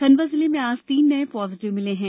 खंडवा जिले में आज तीन नये पॉजिटिव मिले हैं